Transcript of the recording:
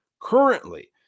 Currently